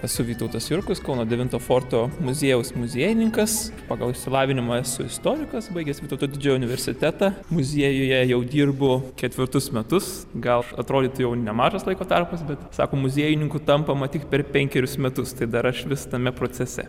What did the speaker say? esu vytautas jurkus kauno devinto forto muziejaus muziejininkas pagal išsilavinimą esu istorikas baigęs vytauto didžiojo universitetą muziejuje jau dirbu ketvirtus metus gal atrodytų jau nemažas laiko tarpas bet sako muziejininku tampama tik per penkerius metus tai dar aš vis tame procese